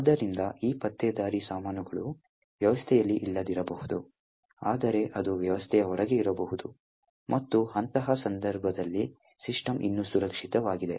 ಆದ್ದರಿಂದ ಈ ಪತ್ತೇದಾರಿ ಸಾಮಾನುಗಳು ವ್ಯವಸ್ಥೆಯಲ್ಲಿ ಇಲ್ಲದಿರಬಹುದು ಆದರೆ ಅದು ವ್ಯವಸ್ಥೆಯ ಹೊರಗೆ ಇರಬಹುದು ಮತ್ತು ಅಂತಹ ಸಂದರ್ಭದಲ್ಲಿ ಸಿಸ್ಟಮ್ ಇನ್ನೂ ಸುರಕ್ಷಿತವಾಗಿದೆ